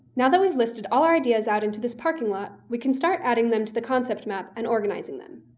now that we've listed all our ideas out into this parking lot, we can start adding them to the concept map and organizing them.